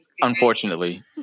Unfortunately